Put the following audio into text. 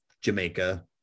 Jamaica